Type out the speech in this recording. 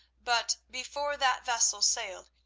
but before that vessel sailed,